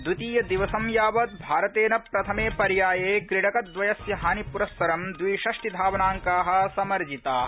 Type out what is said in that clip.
द्वितीय दिवसं यावत् भारतेन प्रथमे पर्याये क्रीडकद्वयस्य हानिपुरस्सरं द्विषष्टिर्धावनांका समर्जिता